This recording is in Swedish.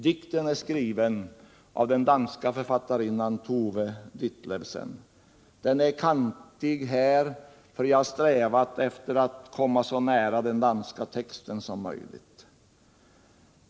Dikten är skriven av den danska författarinnan Tove Ditlevsen. Den är kantig här, för jag har strävat efter att komma så nära den danska texten som möjligt.